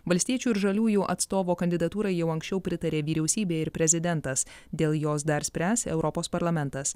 valstiečių ir žaliųjų atstovo kandidatūrai jau anksčiau pritarė vyriausybė ir prezidentas dėl jos dar spręs europos parlamentas